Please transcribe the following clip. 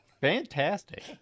Fantastic